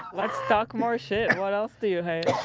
let's talk more shit. what i'll see you